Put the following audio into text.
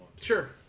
Sure